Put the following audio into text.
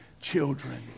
children